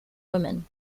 women